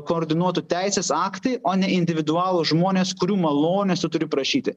koordinuotų teisės aktai o ne individualūs žmonės kurių malonės tu turi prašyti